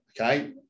okay